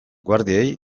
guardiei